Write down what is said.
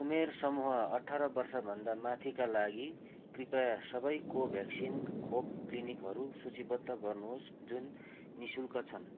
उमेर समूह अठार वर्षभन्दा माथिका लागि कृपया सबै कोभ्याक्सिन खोप क्लिनिकहरू सूचीबद्ध गर्नुहोस् जुन नि शुल्क छन्